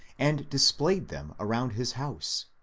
and displayed them around his house.